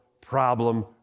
problem